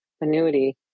annuity